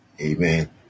Amen